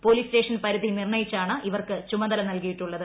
police station പരിധി നിർണയിച്ചാണ് ഇവർക്ക് ചുമതല നൽകിയിട്ടുള്ളത്